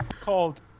called